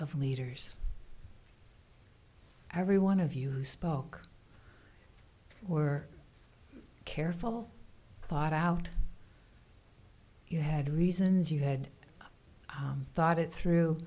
of leaders everyone of you spoke were careful thought out you had reasons you had thought it through